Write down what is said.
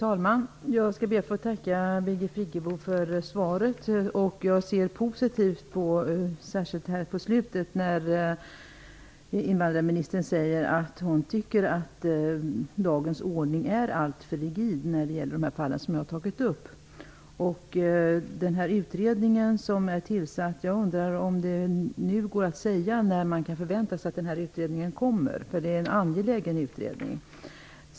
Fru talman! Jag skall be att få tacka Birgit Friggebo för svaret. Jag ser positivt på att invandrarministern säger att hon tycker att dagens ordning är alltför rigid i fråga om de fall jag har tagit upp. Jag undrar när utredningen kan förväntas lägga fram ett resultat. Det är en angelägen utredning.